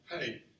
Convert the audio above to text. hey